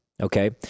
okay